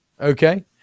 Okay